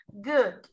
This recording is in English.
Good